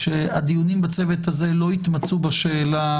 שהדיונים בצוות הזה לא יתמצו בשאלה,